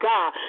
God